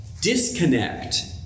disconnect